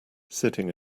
sitting